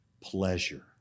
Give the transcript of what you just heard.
pleasure